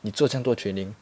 你做这样多 training